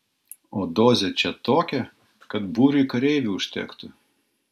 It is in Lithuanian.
o dozė čia tokia kad būriui kareivių užtektų